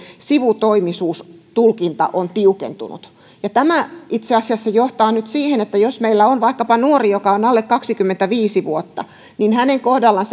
sivutoimisuustulkinta on tiukentunut tämä itse asiassa johtaa nyt siihen että jos meillä on vaikkapa nuori joka on alle kaksikymmentäviisi vuotias niin hänen kohdallaan